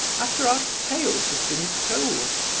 after our tales have been told!